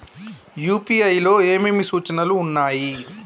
UPI లో ఏమేమి సూచనలు ఉన్నాయి?